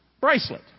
bracelet